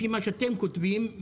לפי מה שאתם כותבים,